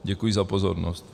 Děkuji za pozornost.